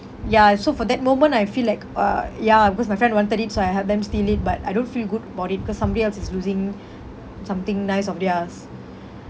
ya so for that moment I feel like uh ya because my friend wanted it so I help them steal it but I don't feel good about it because somebody else is losing something nice of theirs